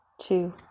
Two